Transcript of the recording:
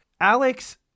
Alex